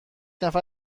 نفر